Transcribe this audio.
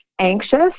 anxious